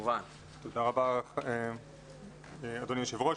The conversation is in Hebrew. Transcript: תודה רבה אדוני היושב ראש.